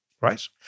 right